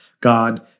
God